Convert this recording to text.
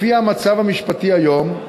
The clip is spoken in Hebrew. לפי המצב המשפטי היום,